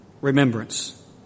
remembrance